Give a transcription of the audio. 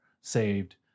saved